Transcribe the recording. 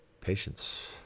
patience